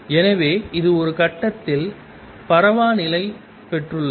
எனவே இது ஒரு கட்டத்தில் பரவாநிலை பெற்றுள்ளது